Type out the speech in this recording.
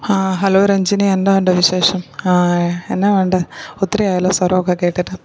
ആ ഹലോ രഞ്ജിനി എന്തോ ഉണ്ട് വിശേഷം ആ എന്നാ ഒണ്ട് ഒത്തിരി ആയല്ലോ സ്വരമൊക്കെ കേട്ടിട്ട്